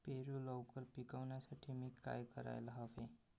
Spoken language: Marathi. पेरू लवकर पिकवण्यासाठी मी काय करायला हवे?